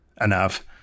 enough